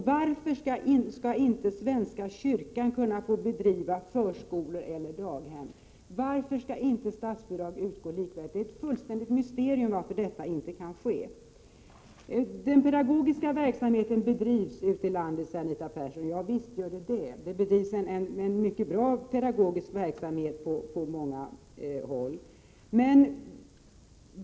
Varför skall inte svenska kyrkan kunna få driva förskolor eller daghem? Varför skall inte statsbidrag utgå likvärdigt? Det är ett fullständigt mysterium att detta inte kan ske. Det bedrivs pedagogisk verksamhet ute i landet, säger Anita Persson. Ja, visst gör det. Det bedrivs en mycket bra pedagogisk verksamhet på många håll.